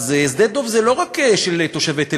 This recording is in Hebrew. אז שדה-דב זה לא רק של תושבי תל-אביב,